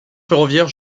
ferroviaire